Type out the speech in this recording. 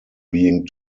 being